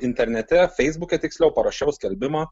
internete feisbuke tiksliau parašiau skelbimą